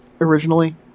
originally